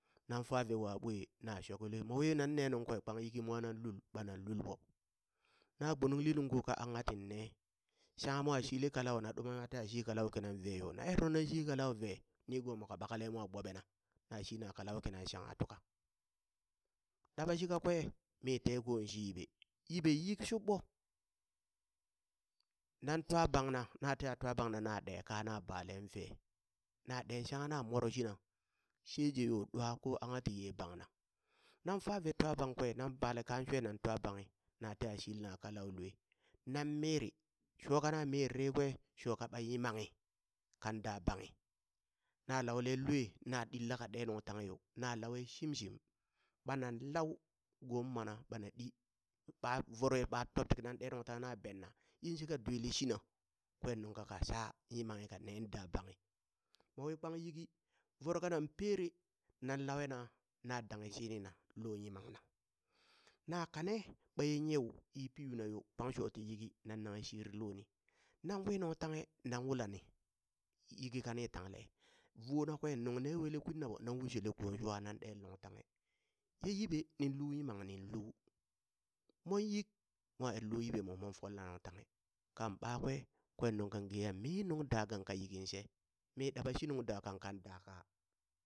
Na fa ve wa ɓwe na shoke lue mo wi nan ne nung kwe kpak yiki mwanan lul ɓa nan lul ɓo, na gbunungli nungko ka angha tinne shangha mwa shili kalau na duma nwa teya shili kalau ve yo na er nu nan shi kalau ve nigo mo ka ɓakale mwa gboɓe na, na shi kalau kinan shangha tuka, ɗaɓan shi kakwe mi te ko shi yiɓe, yiɓe yik shuɓɓo nan twa bangna na teha twa bang na ɗe kaa na balen vee na ɗe hangha na moro shina sheje yo ɗwa ko angha tiye bangna nan fa ve twa bang kwe na bale kan shwe na twa banghi na shilina kalau lue nan miiri shoka na miiriri kwe sho ka ɓa yimanghi kan daa banghi na laulen lue na ɗillaka ɗe nung tanghe yo na laue shimshim ɓanan lau gommana ɓana ɗi ɓa vore ɓa top tinan ɗe nun tanghe na benna yinshika dwili shina kwen nungka ka sha yimanghi ka nen da banghi, mowi kpang yiki voro kanan pere nan lawena na danghe shinina lo yimamna na kane baye nyiw yi pi yuna yo kpang shoti yiki na naghe shri loni nan wi nung tanghe nan wulani yiki kani tangle vona kwe nung ne wele kwinna ɓo nan ushele kon swa nan ɗele nungtanghe ye yiɓe nin lu yimamnin lu, mon yik mo er lo yiɓemo mon fol na nung tanghe kanɓakwe kwen nung kan geya mi nung dagangh ka yiki she, mi ɗaɓa shi nung dagang kan daka.